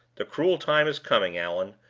the cruel time is coming, allan,